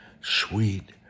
Sweet